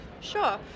Sure